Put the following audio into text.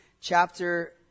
chapter